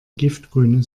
giftgrüne